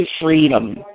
freedom